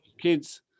kids